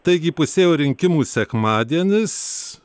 taigi įpusėjo rinkimų sekmadienis